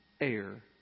air